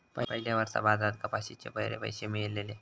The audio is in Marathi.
पयल्या वर्सा बाजारात कपाशीचे बरे पैशे मेळलले